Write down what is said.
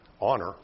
honor